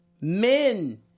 men